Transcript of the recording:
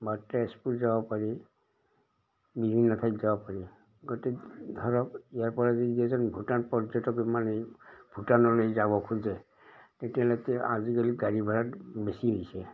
বা তেজপুৰ যাব পাৰি বিভিন্ন ঠাইত যাব পাৰি গোটেই ধৰক ভূটান পৰ্যটক ভূটানলৈ যাব খোজে আজিকালি গাড়ী ভাড়া বেছি হৈছে